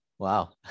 Wow